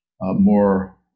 more